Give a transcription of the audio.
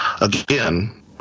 again